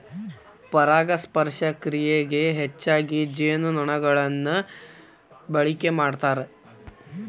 ಪರಾಗಸ್ಪರ್ಶ ಕ್ರಿಯೆಗೆ ಹೆಚ್ಚಾಗಿ ಜೇನುನೊಣಗಳನ್ನ ಬಳಕೆ ಮಾಡ್ತಾರ